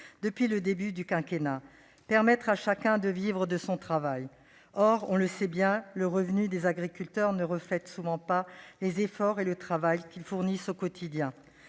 depuis le début du quinquennat : permettre à chacun de vivre de son travail. Or, on le sait bien, le revenu des agriculteurs ne reflète souvent pas les efforts et le travail qu'ils fournissent au quotidien.